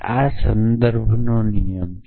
આ સંદર્ભનો નિયમ છે